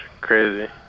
crazy